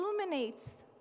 illuminates